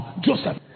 Joseph